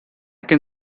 can